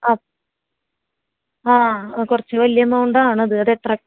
ആ ആ കുറച്ചു വലിയ എമൗണ്ടാണത് അതെത്ര